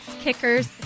kickers